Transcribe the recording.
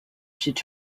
should